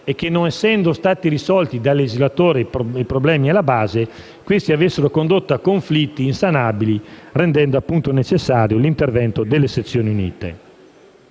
e, non essendo stati risolti dal legislatore i problemi alla base, che ciò avesse condotto a conflitti insanabili rendendo necessario l'intervento delle sezioni unite.